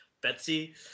betsy